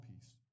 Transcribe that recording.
peace